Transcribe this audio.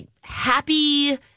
happy